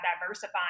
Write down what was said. diversifying